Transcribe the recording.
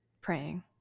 praying